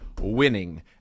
winning